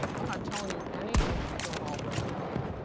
i'm not telling you anything you don't already know,